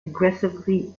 aggressively